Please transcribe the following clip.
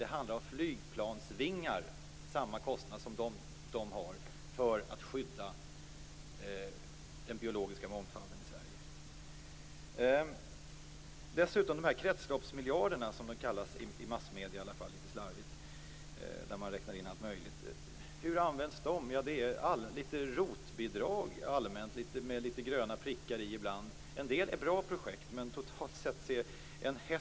Den kostnad som krävs för att skydda den biologiska mångfalden i Sverige motsvarar utgiften för några flygplansvingar. I kretsloppsmiljarderna, som de i massmedierna litet slarvigt kallas, räknas allt möjligt in. Hur används de? Det är fråga om ROT-bidrag, ibland med litet gröna prickar i. En del projekt är bra, men totalt sett är de inte bra.